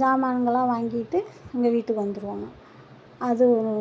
ஜாமான்களெல்லாம் வாங்கிட்டு எங்கள் வீட்டுக்கு வந்துடுவாங்க அது ஒரு